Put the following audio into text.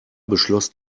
beschloss